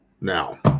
now